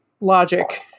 logic